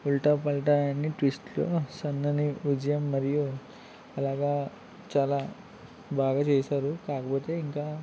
ఉల్టా పల్టా అని ట్విస్ట్లు సన్నని విజయం మరియు అలాగా చాలా బాగా చేశారు కాకపోతే ఇంకా